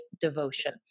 devotion